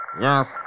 Yes